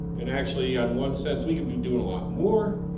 and actually, on one sense, we could be doing a lot more,